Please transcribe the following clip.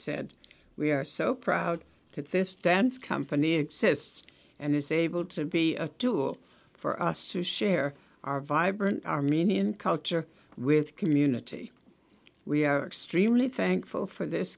said we are so proud consist dance company exists and is able to be a tool for us to share our vibrant armenian culture with community we are extremely thankful for this